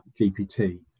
GPT